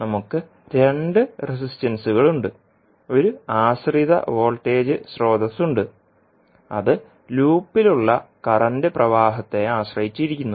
നമുക്ക് 2 റെസിസ്റ്റൻസുകളുണ്ട് ഒരു ആശ്രിത വോൾട്ടേജ് സ്രോതസ്സുണ്ട് അത് ലൂപ്പിൽ ഉള്ള കറൻറ് പ്രവാഹത്തെ ആശ്രയിച്ചിരിക്കുന്നു